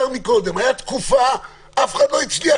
מקודם שהייתה תקופה שאף אחד לא הצליח